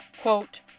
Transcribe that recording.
Quote